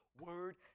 word